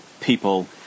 people